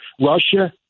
Russia